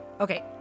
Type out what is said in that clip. Okay